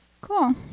Cool